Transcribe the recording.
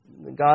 God